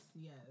yes